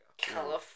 California